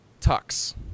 tucks